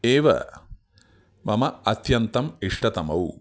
एव मम अत्यन्तम् इष्टतमौ